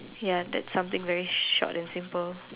ya that something very short and simple